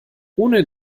ohne